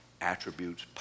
attributes